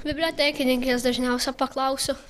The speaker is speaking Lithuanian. bibliotekininkės dažniausia paklausiu